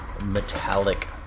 metallic